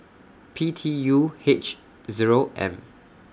P T U H Zero M